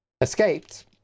escaped